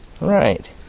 Right